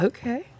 Okay